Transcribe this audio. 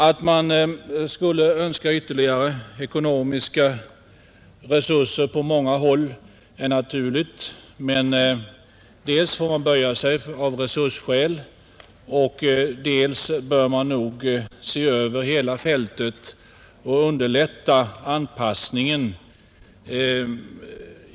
Att man skulle önska ytterligare ekonomiska insatser på många håll är naturligt, men dels får man böja sig av resursskäl, dels bör man nog se över hela fältet och underlätta anpassningen.